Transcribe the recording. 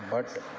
but